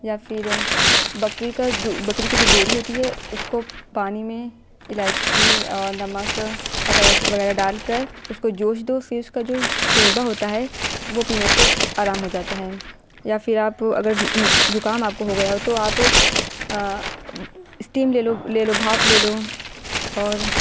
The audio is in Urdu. یا پھر بکری کا جو بکری کی جو گوڑی ہوتی ہے اس کو پانی میں الائچی اور نمک وغیرہ وغیرہ ڈال کر اس کو جوش دو پھر اس کا جو شوربا ہوتا ہے وہ پینے سے آرام ہو جاتا ہے یا پھر آپ اگر زکام آپ کو ہو گیا ہو تو آپ اسٹیم لے لو لے لو بھاپ لے لو اور